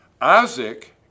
Isaac